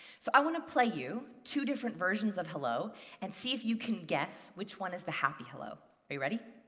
so i wanna play you two different versions of hello and see if you can guess which one is the happy hello. are you ready?